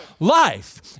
Life